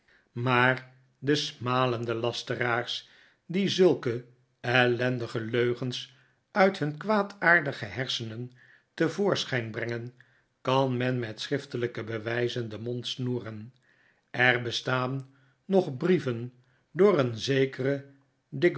maar de smalende lasteraars die zulke ellendige leugens uit hun kwaadaardige hersenen te voprschijn brengen kanmen met schriftelijke bewijzen den mond snoeren er bestaan nog brieven door een zekeren